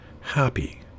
happy